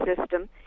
system